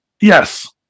Yes